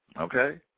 Okay